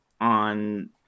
on